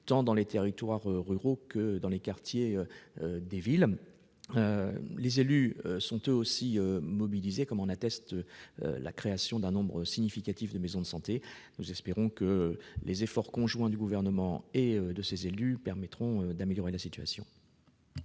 tant dans les territoires ruraux que dans les quartiers urbains. Les élus sont mobilisés, comme en atteste la création d'un nombre significatif de maisons de santé. Nous espérons que les efforts conjoints du Gouvernement et des élus permettront d'améliorer la situation.